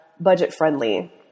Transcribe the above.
budget-friendly